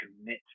commit